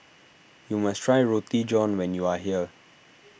you must try Roti John when you are here